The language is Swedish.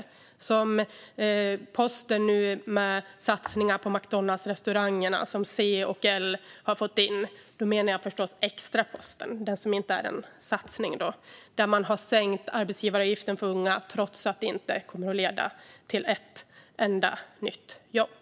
Jag tänker på posten med satsningar på McDonaldsrestaurangerna, som C och L har fått in. Jag menar då förstås den extra posten - den som inte är en satsning - där man har sänkt arbetsgivaravgiften för unga trots att det inte kommer att leda till ett enda nytt jobb.